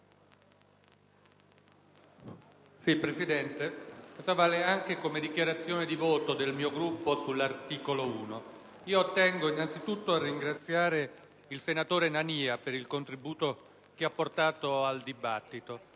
mio intervento vale anche come dichiarazione di voto del mio Gruppo sull'articolo 1. Io tengo innanzitutto a ringraziare il senatore Nania per il contributo che ha portato al dibattito